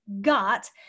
got